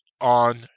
on